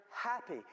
happy